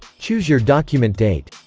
choose your document date